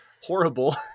horrible